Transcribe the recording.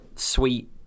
Sweet